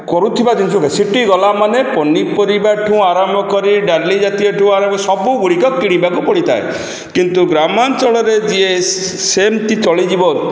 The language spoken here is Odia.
କରୁଥିବା ଜିନିଷ ସେଠି ଗଲାମାନେ ପନିପରିବାଠୁ ଆରମ୍ଭ କରି ଡାଲି ଜାତୀୟଠୁ ଆରମ୍ଭ ସବୁଗୁଡ଼ିକ କିଣିବାକୁ ପଡ଼ିଥାଏ କିନ୍ତୁ ଗ୍ରାମାଞ୍ଚଳରେ ଯିଏ ସେମିତି ଚଳିଯିବ